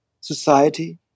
society